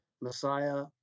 Messiah